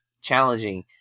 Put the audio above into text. challenging